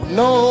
no